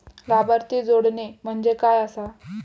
लाभार्थी जोडणे म्हणजे काय आसा?